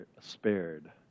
spared